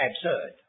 absurd